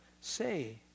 say